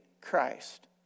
Christ